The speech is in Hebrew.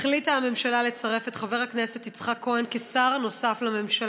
החליטה הממשלה לצרף את חבר הכנסת יצחק כהן כשר נוסף לממשלה.